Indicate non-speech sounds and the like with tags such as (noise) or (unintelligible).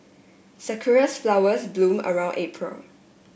sakura (unintelligible) flowers bloom around April